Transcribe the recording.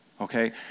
Okay